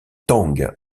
tang